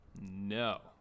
No